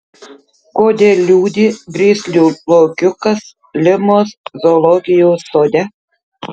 kodėl liūdi grizlių lokiukas limos zoologijos sode